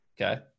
Okay